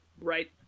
right